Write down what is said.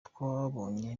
twabonye